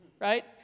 right